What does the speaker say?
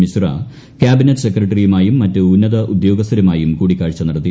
Mishra cabinet സെക്രട്ടറിയുമായും മറ്റ് ഉന്നത ഉദ്യോഗസ്ഥരുമായും കൂടിക്കാഴ്ച നടത്തി